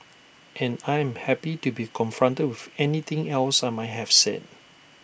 and I'm happy to be confronted with anything else I might have said